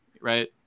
right